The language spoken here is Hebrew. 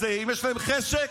אם יש להם חשק,